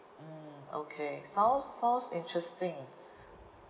mm okay sounds sounds interesting